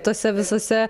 tuose visuose